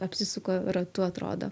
apsisuka ratu atrodo